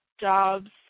jobs